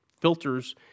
filters